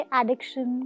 addiction